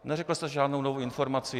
Neřekl jsem žádnou novou informaci.